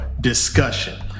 discussion